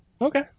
Okay